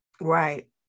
right